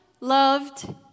loved